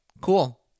Cool